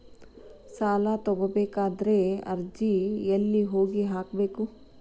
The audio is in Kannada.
ಸಾಲ ತಗೋಬೇಕಾದ್ರೆ ಅರ್ಜಿ ಎಲ್ಲಿ ಹೋಗಿ ಹಾಕಬೇಕು?